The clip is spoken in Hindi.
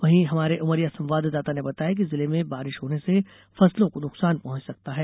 वहीं हमारे उमरिया संवाददाता ने बताया है कि जिले में बारिश होने से फसलों को नुकसान पहुॅच सकता है